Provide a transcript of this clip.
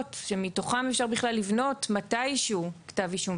שמתוכן אפשר בכלל לבנות מתישהו כתב אישום.